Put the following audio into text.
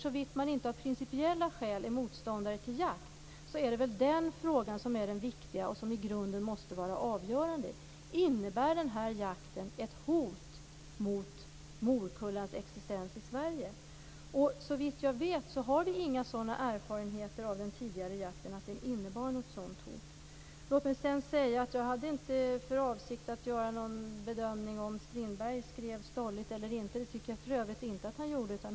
Såvida man inte av principiella skäl är motståndare till jakt så är det väl den frågan som är det viktiga och som i grunden måste vara avgörande. Innebär den här jakten ett hot mot morkullans existens i Sverige? Såvitt jag vet har vi inga erfarenheter av att den tidigare jakten innebar ett sådant hot. Jag vill också säga att jag inte hade någon avsikt att göra en bedömning av om Strindberg skrev stolligt eller inte. Det tycker jag för övrigt inte att han gjorde.